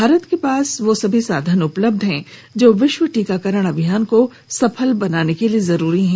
भारत के पास वो सभी साधन उपलब्ध हैं जो विश्व टीकाकरण अभियान को सफल बनाने के लिए जरूरी हैं